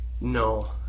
No